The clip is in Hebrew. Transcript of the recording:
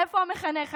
איפה המחנך?